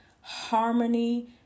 harmony